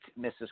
Mrs